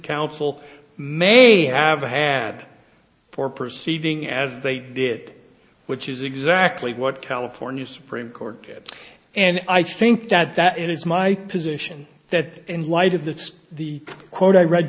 counsel may have had for proceeding as they did which is exactly what california supreme court did and i think that that is my position that in light of that's the quote i read